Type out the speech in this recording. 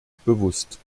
bewusst